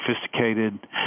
sophisticated